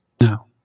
no